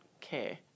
care